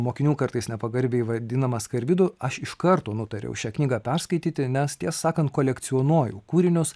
mokinių kartais nepagarbiai vadinamas karbidu aš iš karto nutariau šią knygą perskaityti nes ties sakant kolekcionuoju kūrinius